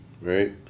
Right